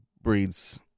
breeds